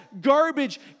garbage